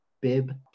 bib